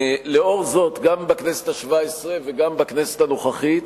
לאור זאת גם בכנסת השבע-עשרה וגם בכנסת הנוכחית